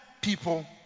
people